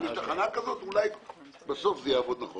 אם יש תחנה כזאת, אולי בסוף זה יעבוד נכון.